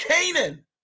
Canaan